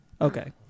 Okay